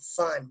fun